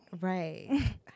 right